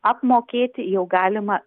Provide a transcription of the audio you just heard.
apmokėti jau galima